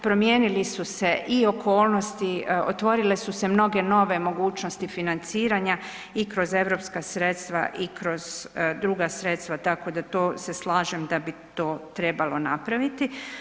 Promijenile su se i okolnosti, otvorile su se mnoge nove mogućnosti financiranja i kroz europska sredstva i kroz druga sredstva, tako da to se slažem da bi to trebalo napraviti.